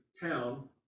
town